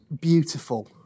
beautiful